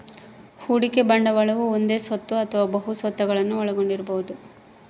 ಹೂಡಿಕೆ ಬಂಡವಾಳವು ಒಂದೇ ಸ್ವತ್ತು ಅಥವಾ ಬಹು ಸ್ವತ್ತುಗುಳ್ನ ಒಳಗೊಂಡಿರಬೊದು